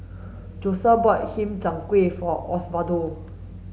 Josette bought Chiang Kueh for Osvaldo